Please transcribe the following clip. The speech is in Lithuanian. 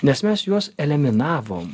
nes mes juos eliminavom